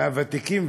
מהוותיקים.